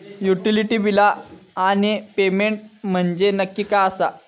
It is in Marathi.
युटिलिटी बिला आणि पेमेंट म्हंजे नक्की काय आसा?